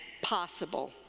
possible